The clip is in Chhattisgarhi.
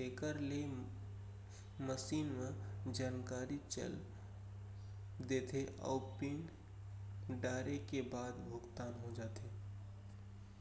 तेकर ले मसीन म जानकारी चल देथे अउ पिन डारे के बाद भुगतान हो जाथे